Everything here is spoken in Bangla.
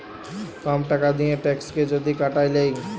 কম টাকা দিঁয়ে ট্যাক্সকে যদি কাটায় লেই